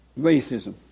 Racism